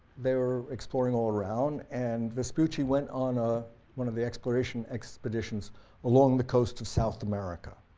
they were exploring all around and vespucci went on a one of the exploration expeditions along the coast of south america.